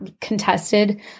contested